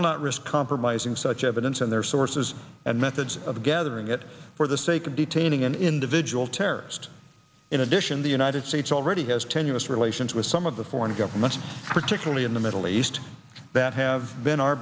not risk compromising such evidence and their sources and methods of gathering it for the sake of detaining an individual terrorist in addition the united states already has tenuous relations with some of the foreign governments particularly in the middle east that have been our